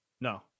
No